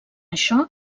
això